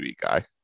guy